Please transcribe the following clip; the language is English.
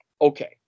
okay